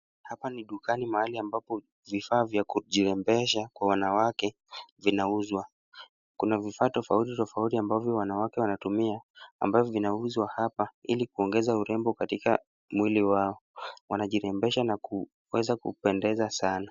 Hapa ni dukani mahali ambapo vifaa vya kujirembesha kwa wanawake vinauzwa. Kuna vifaa tofauti tofauti ambavyo wanawake wanatumia ambavyo vinauzwa hapa ili kuongeza urembo katika mwili wao. Wanajirembesha na kuweza kupendeza sana.